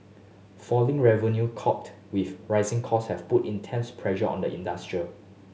falling revenue coupled with rising cost have put intense pressure on the industry